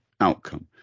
outcome